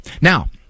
Now